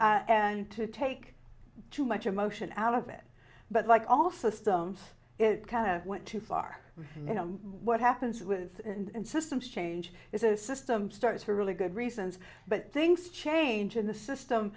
and to take too much emotion out of it but like all systems it kind of went too far and you know what happens with end systems change is a system starts for really good reasons but things change in the system